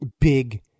big